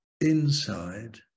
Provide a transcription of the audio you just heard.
inside